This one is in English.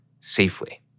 safely